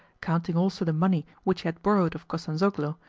counting also the money which he had borrowed of kostanzhoglo,